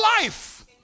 life